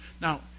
Now